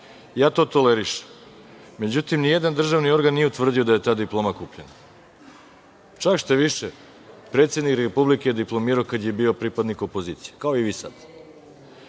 Ja to tolerišem. Međutim, ni jedan državni organ nije utvrdio da je ta diploma kupljena. Čak šta više, predsednik Republike je diplomirao kada je bio pripadnik opozicije, kao i vi sada.